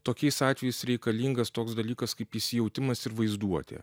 tokiais atvejais reikalingas toks dalykas kaip įsijautimas ir vaizduotė